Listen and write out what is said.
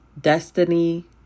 Destiny